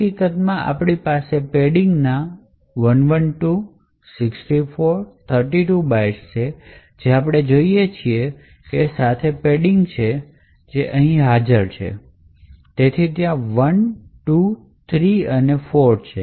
હકીકતમાં આપણી પાસે પેડિંગના 112 64 32 બાઇટ્સ છે જે આપણે જોઈએ છીએ એ સાથે પેડિંગ છે જે ખરેખર અહીં હાજર છે તેથી ત્યાં 1 2 3 અને 4 છે